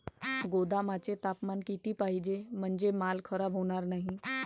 गोदामाचे तापमान किती पाहिजे? म्हणजे माल खराब होणार नाही?